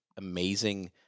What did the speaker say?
amazing